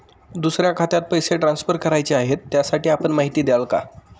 दुसऱ्या खात्यात पैसे ट्रान्सफर करायचे आहेत, त्यासाठी आपण माहिती द्याल का?